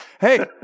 Hey